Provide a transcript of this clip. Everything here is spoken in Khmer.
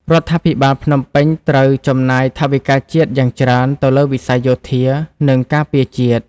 រដ្ឋាភិបាលភ្នំពេញត្រូវចំណាយថវិកាជាតិយ៉ាងច្រើនទៅលើវិស័យយោធា និងការពារជាតិ។